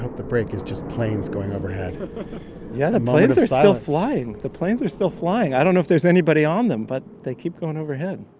the break is just planes going overhead yeah, the planes are still flying. the planes are still flying. i don't know if there's anybody on them, but they keep going overhead